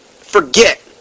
forget